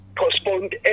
postponed